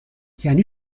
یعنی